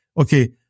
okay